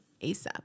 ASAP